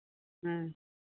हाँ